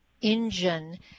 engine